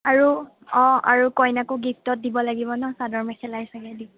আৰু অ আৰু কইনাকো গিফ্টত দিব লাগিব ন' চাদৰ মেখেলাই চাগৈ দিম